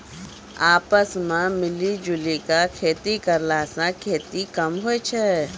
आपस मॅ मिली जुली क खेती करला स खेती कम होय छै